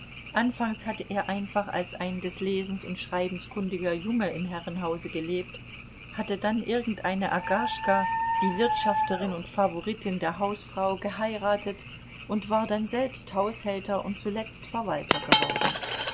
anfangs hatte er einfach als ein des lesens und schreibens kundiger junge im herrenhause gelebt hatte dann irgendeine agaschka die wirtschafterin und favoritin der hausfrau geheiratet und war dann selbst haushälter und zuletzt verwalter geworden